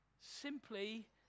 simply